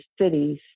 cities